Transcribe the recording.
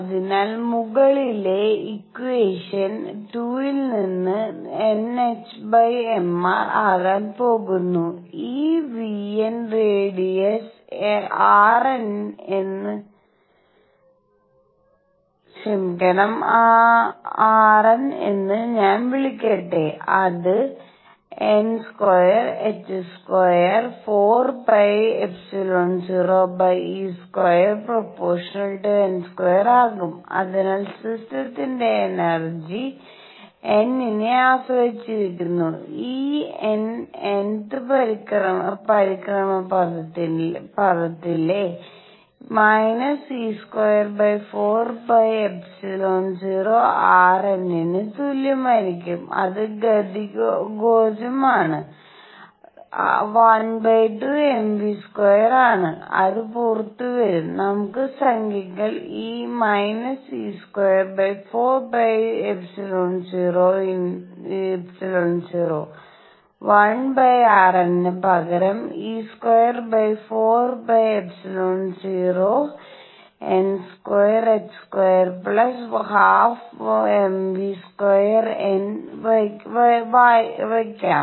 അതിനാൽ മുകളിലെ ഇക്യുയേഷൻ 2 ൽ നിന്ന് nhmr ആകാൻ പോകുന്ന ഈ vn റെഡിസ് rn എന്ന് ഞാൻ വിളിക്കട്ടെ അത് n²h²4πε₀e²∝n² ആകും അതിനാൽ സിസ്റ്റത്തിന്റെ എനർജി n നെ ആശ്രയിച്ചിരിക്കുന്നു Eₙ nth പരിക്രമണപഥത്തിലെ e²4πε₀rₙ ന് തുല്യമായിരിക്കും അത് ഗതികോർജ്ജമായ 12mv² ആണ് അത് പുറത്തുവരും നമുക്ക് സംഖ്യകൾ e²4πε₀1rₙ പകരം e²4πε₀ₙ²ₕ²½mv²ₙ വയ്ക്കാം